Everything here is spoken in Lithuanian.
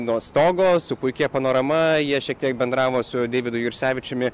nuo stogo su puikia panorama jie šiek tiek bendravo su deividu jursevičiumi